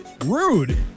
Rude